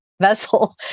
vessel